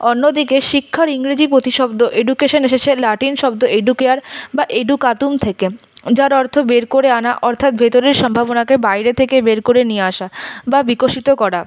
অন্যদিকে শিক্ষার ইংরেজি প্রতিশব্দ এডুকেশন এসেছে লাটিন শব্দ এডুকেয়ার বা এডুকাতুম থেকে যার অর্থ বের করে আনা অর্থাৎ ভেতরের সম্ভাবনাকে বাইরে থেকে বের করে নিয়ে আসা বা বিকশিত করা